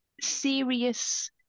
serious